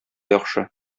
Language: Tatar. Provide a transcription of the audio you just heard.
яхшы